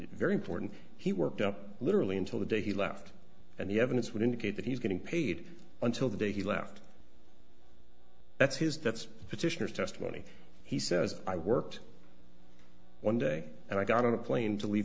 very important he worked up literally until the day he left and the evidence would indicate that he's getting paid until the day he left that's his that's petitioners testimony he says i worked one day and i got on a plane to